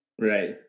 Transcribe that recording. right